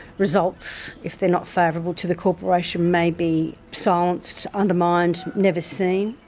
results if they're not favourable to the corporation may be silenced, undermined, never seen,